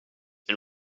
and